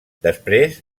després